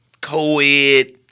co-ed